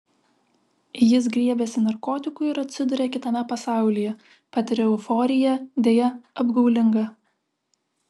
jis griebiasi narkotikų ir atsiduria kitame pasaulyje patiria euforiją deja apgaulingą